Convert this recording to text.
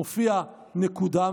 מופיעה נקודה,